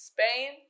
Spain